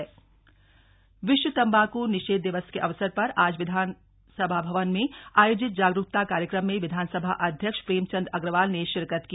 विश्व तम्बाकू निषेध दिवस विश्व तंबाकू निषेध दिवस के अवसर पर आज विधान भवन में आयोजित जागरूकता कार्यक्रम में विधानसभा अध्यक्ष प्रेमचंद अग्रवाल ने शिरकत की